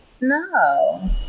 no